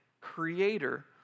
creator